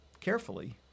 carefully